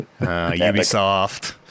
Ubisoft